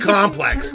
Complex